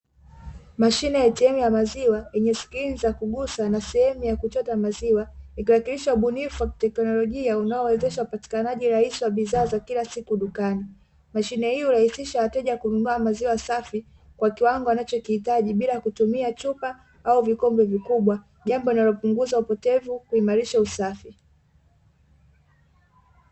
Mashine ya "ATM" ya maziwa yenye skrini za kugusa na sehemu ya kuchota maziwa ikiwakilisha ubunifu wa kiteknolojia unaowezesha upatikanaji rahisi wa bidhaa za kila siku dukani. Mashine hii hurahisisha wateja kununua maziwa safi kwa kiwango wanachokihitaji bila kutumia chupa au vikombe vikubwa jambo linalopunguza upotevu, kuhimarisha usafi.